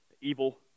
Evil